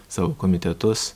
savo komitetus